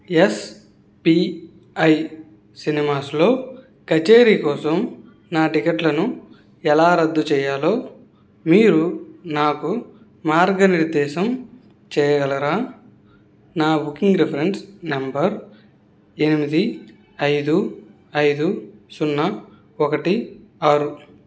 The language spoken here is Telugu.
ఎస్పిఐ సినిమాస్లో కచేరీ కోసం నా టిక్కెట్లను ఎలా రద్దు చేయాలో మీరు నాకు మార్గనిర్దేశం చేయగలరా నా బుకింగ్ రిఫరెన్స్ నెంబర్ ఎనిమిది ఐదు ఐదు సున్నా ఒకటి ఆరు